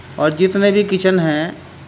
اور جتنے بھی کچن ہیں